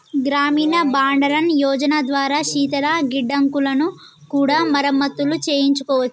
గ్రామీణ బండారన్ యోజన ద్వారా శీతల గిడ్డంగులను కూడా మరమత్తులు చేయించుకోవచ్చు